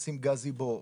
גזיבו,